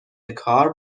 کار